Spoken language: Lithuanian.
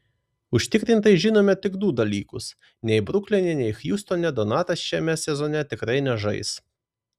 užtikrintai žinome tik du dalykus nei brukline nei hjustone donatas šiame sezone tikrai nežais